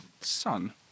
son